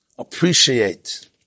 appreciate